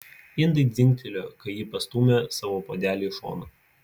indai dzingtelėjo kai ji pastūmė savo puodelį į šoną